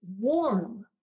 warm